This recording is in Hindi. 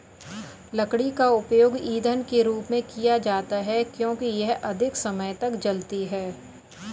लकड़ी का उपयोग ईंधन के रूप में किया जाता है क्योंकि यह अधिक समय तक जलती है